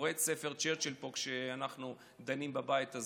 קורא את ספר צ'רצ'יל פה, כשאנחנו דנים בבית הזה.